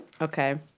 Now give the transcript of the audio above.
Okay